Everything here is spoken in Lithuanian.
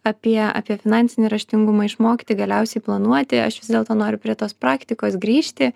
apie apie finansinį raštingumą išmokyti galiausiai planuoti aš vis dėlto noriu prie tos praktikos grįžti